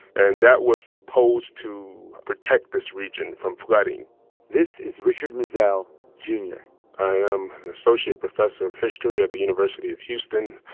and that was supposed to protect this region from flooding this is richard mizelle jr i am an associate professor of history at the university of houston,